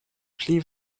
pli